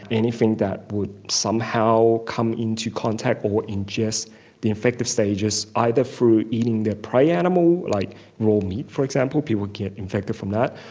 anything that will somehow come into contact or ingest the infective stages, either through eating their prey animal, like raw meat for example, people get infected from that,